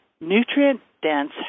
nutrient-dense